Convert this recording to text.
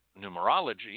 numerology